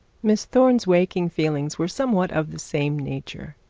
miss thorne's waking feelings were somewhat of the same nature.